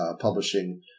publishing